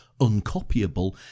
Uncopyable